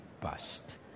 bust